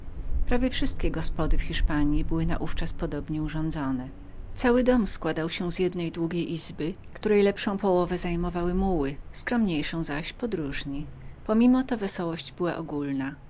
prawie wszystkie gospody w hiszpanji były naówczas podobnie urządzone cały dom składał się z jednej długiej izby której lepszą połowę zajmowały muły mniejszą zaś podróżni pomimo to wesołość była ogólną